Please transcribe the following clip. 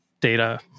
data